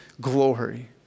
glory